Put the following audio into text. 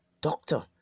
doctor